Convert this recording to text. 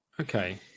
Okay